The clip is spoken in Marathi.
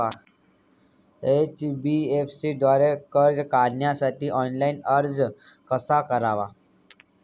एन.बी.एफ.सी द्वारे कर्ज काढण्यासाठी ऑनलाइन अर्ज कसा करावा?